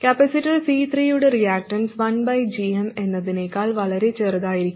capacitor C3 യുടെ reactance 1 gm എന്നതിനേക്കാൾ വളരെ ചെറുതായിരിക്കണം